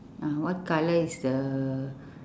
uh what colour is the